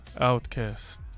Outcast